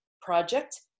project